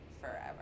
forever